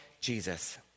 Jesus